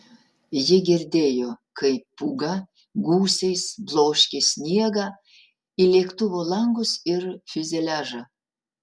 ji girdėjo kaip pūga gūsiais bloškė sniegą į lėktuvo langus ir fiuzeliažą